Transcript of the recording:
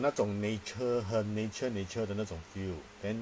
他有那种 nature 很 nature nature 的那种 feel then